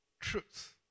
truth